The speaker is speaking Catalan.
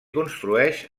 construeix